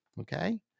Okay